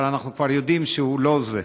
אבל אנחנו כבר יודעים שהוא לא זה,